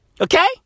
okay